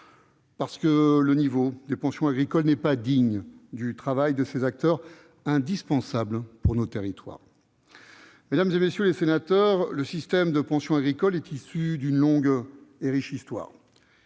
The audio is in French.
parce que le niveau des pensions agricoles n'est pas digne du travail de ces acteurs indispensables pour nos territoires. Mesdames, messieurs les sénateurs, le système de pensions agricoles est issu d'une longue et riche histoire.